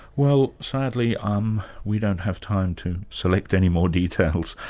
well sadly, um we don't have time to select any more details,